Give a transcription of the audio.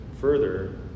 further